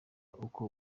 uko